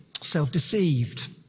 self-deceived